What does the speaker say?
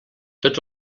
tots